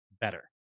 better